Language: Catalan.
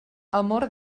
amor